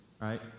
Right